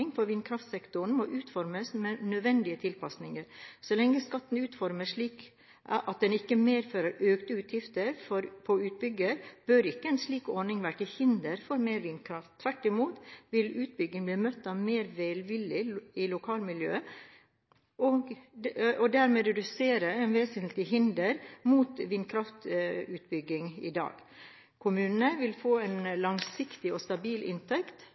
vindkraftsektoren må utformes med nødvendige tilpasninger. Så lenge skatten utformes slik at den ikke medfører økte utgifter på utbygger, bør ikke en slik ordning være til hinder for mer vindkraft. Tvert imot vil utbygger bli møtt av mer velvillige lokalmiljø og dermed redusere et vesentlig hinder mot vindkraftutbygging i dag. Kommunene vil få en langsiktig og stabil inntekt